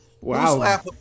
Wow